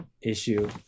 issue